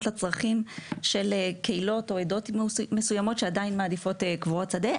לצרכים של קהילות או עדות מסוימות שעדיין מעדיפות קבורת שדה,